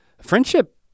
Friendship